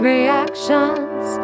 Reactions